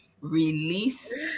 released